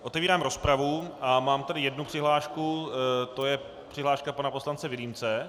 Otevírám rozpravu a mám tady jednu přihlášku, to je přihláška pana poslance Vilímce.